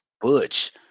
butch